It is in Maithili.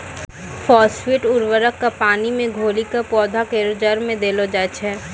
फास्फेट उर्वरक क पानी मे घोली कॅ पौधा केरो जड़ में देलो जाय छै